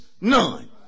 none